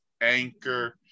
Anchor